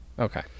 okay